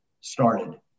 started